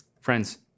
Friends